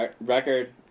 record